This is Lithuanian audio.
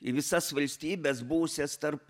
į visas valstybes buvusias tarp